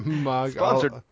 Sponsored